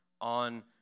on